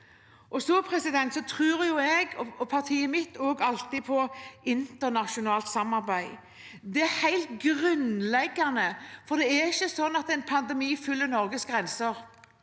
i fellesskap. Så tror jeg og partiet mitt alltid på internasjonalt samarbeid. Det er helt grunnleggende, for det er ikke sånn at en pandemi følger Norges grenser.